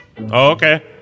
Okay